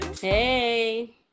hey